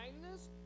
kindness